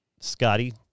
Scotty